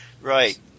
Right